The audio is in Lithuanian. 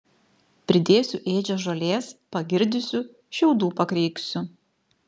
pridėsiu ėdžias žolės pagirdysiu šiaudų pakreiksiu